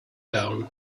down